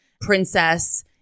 princess